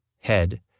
head